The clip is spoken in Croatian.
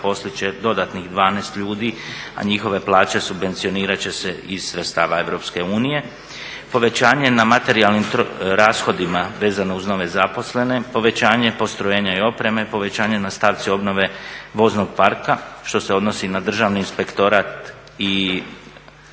zaposlit će dodatnih 12 ljudi, a njihove plaće subvencionirat će se iz sredstava EU. Povećanje na materijalnim rashodima vezano uz nove zaposlene, povećanje postrojenja i opreme, povećanje na stavci obnove voznog parka što se odnosi na Državni inspektorat i